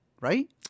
right